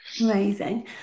Amazing